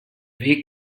weg